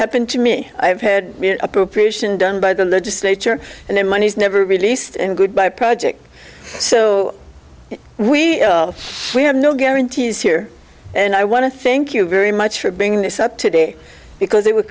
happened to me i've had the appropriation done by the legislature and then money's never released and goodbye project so we have no guarantees here and i want to thank you very much for bringing this up today because it would